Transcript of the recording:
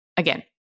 Again